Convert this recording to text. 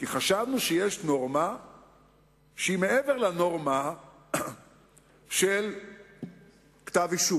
כי חשבנו שיש נורמה שהיא מעבר לנורמה של כתב אישום.